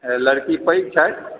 लड़की पैघ छथि